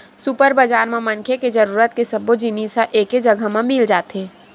super बजार म मनखे के जरूरत के सब्बो जिनिस ह एके जघा म मिल जाथे